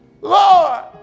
Lord